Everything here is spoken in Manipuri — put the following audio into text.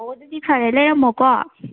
ꯑꯣ ꯑꯗꯨꯗꯤ ꯐꯔꯦ ꯂꯩꯔꯝꯃꯣꯀꯣ